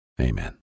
Amen